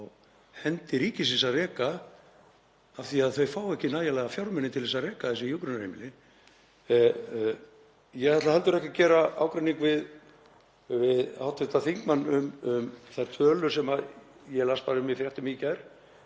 á hendi ríkisins að reka af því að þau fá ekki nægilega fjármuni til að reka þessi hjúkrunarheimili. Ég ætla heldur ekki að gera ágreining við hv. þingmann um þær tölur sem ég las um í fréttum í gær,